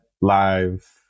live